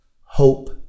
hope